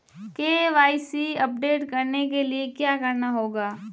KYC update करने के लिए क्या करना होगा?